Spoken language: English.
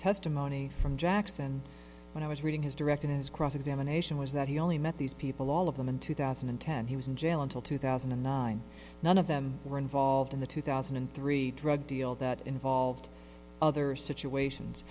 testimony from jackson when i was reading his direct in his cross examination was that he only met these people all of them in two thousand and ten he was in jail until two thousand and nine none of them were involved in the two thousand and three drug deal that involved other situations